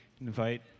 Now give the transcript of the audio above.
invite